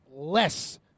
Less